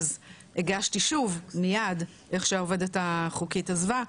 הגשתי שוב מיד איך שהעובדת החוקית עזבה,